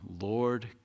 Lord